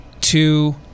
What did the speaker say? two